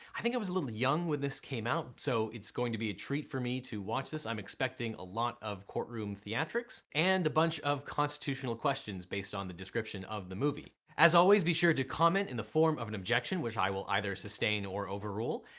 i think i was a little young when this came out so its going to be a treat for me to watch this as i'm expecting expecting a lot of courtroom theatrics and a bunch of constitutional questions based on the description of the movie. as always, be sure to comment in the form of an objection, which i will either sustain or overrule,